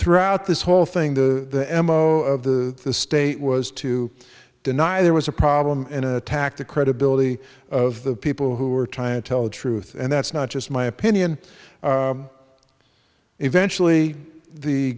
throughout this whole thing the m o of the the state was to deny there was a problem in a tactic credibility of the people who are trying to tell the truth and that's not just my opinion eventually the